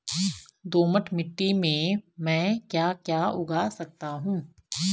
दोमट मिट्टी में म ैं क्या क्या उगा सकता हूँ?